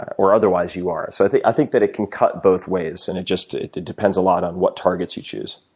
or otherwise you are. so i think i think that it can cut both ways and it just depends a lot on what targets you choose.